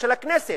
של הכנסת.